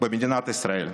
במדינת ישראל.